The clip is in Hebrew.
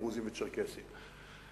דרוזים וצ'רקסים.